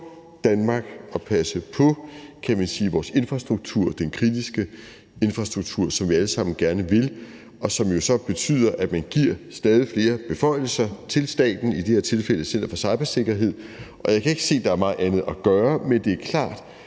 Danmark og passe på, kan man sige, vores infrastruktur, den kritiske infrastruktur, som vi alle sammen gerne vil, og som jo så betyder, at man giver stadig flere beføjelser til staten – i det her tilfælde Center for Cybersikkerhed – og jeg kan ikke se, at der er meget andet at gøre. Men det er klart,